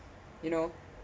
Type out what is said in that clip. you know